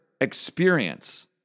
experience